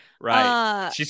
Right